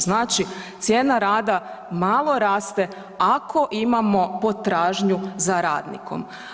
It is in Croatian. Znači cijena rada malo raste ako imamo potražnju radnikom.